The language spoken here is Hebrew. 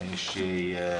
של מרכז המחקר והמידע